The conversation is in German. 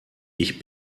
ich